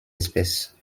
espèces